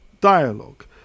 dialogue